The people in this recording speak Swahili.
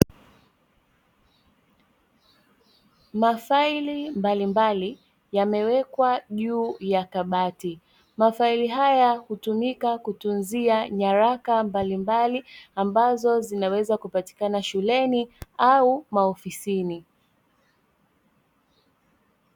Mafaili mbalimbali yamewekwa juu ya kabati. Mafaili haya yanatumika kutunzia nyaraka mbalimbali ambazo zinaweza kupatikana shuleni au maofisini.